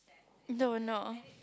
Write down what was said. no no